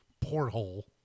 porthole